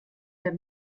der